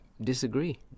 disagree